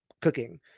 cooking